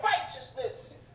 righteousness